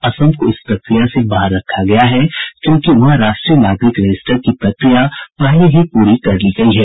असम को इस प्रक्रिया से बाहर रखा गया है क्योंकि वहां राष्ट्रीय नागरिक रजिस्टर की प्रक्रिया पहले ही पूरी कर ली गई है